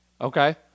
Okay